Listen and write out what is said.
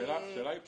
השאלה היא אחרת.